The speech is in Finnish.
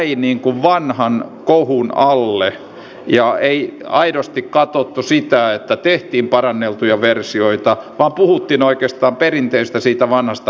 olisiko suomella mahdollisuutta lisätä varoja sinne ja osallistua yhä useampaan kriisinhallintakohteeseen ja näin saada kokemusta ja harjoitusta suomalaisille reserviläisille